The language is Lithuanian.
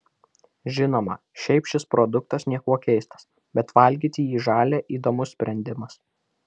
žinoma šiaip šis produktas niekuo keistas bet valgyti jį žalią įdomus sprendimas